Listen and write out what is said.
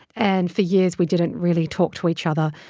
and for years, we didn't really talk to each other.